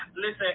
listen